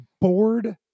Bored